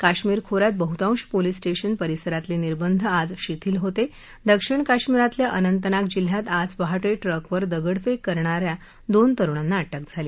कश्मीर खो यात बहुतांश पोलीस स्टध्मि परिसरातल निर्बंध आज शिथील होत दक्षिण काश्मिरातल्या अनंतनाग जिल्ह्यात आज पहाटट्रिकवर दगडफ्क करणा या दोन तरुणांना अटक झाली